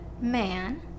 man